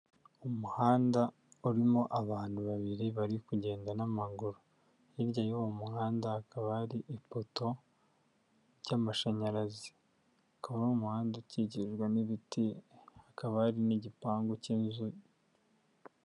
Umuhanda urimo abantu babiri bari kugenda n'amaguru, hirya y'uwo muhanda hakaba hari ipoto y'amashanyarazi. Akaba ari umuhanda ukikirwa n'ibiti hakaba hari n'igipangu cy'inzu.